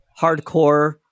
hardcore